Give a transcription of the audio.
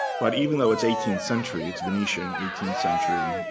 but even though it's eighteenth century, it's venetian eighteenth century.